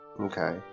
Okay